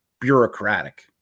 bureaucratic